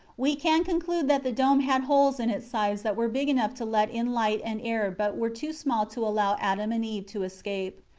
we can conclude that the dome had holes in its sides that were big enough to let in light and air but were too small to allow adam and eve to escape.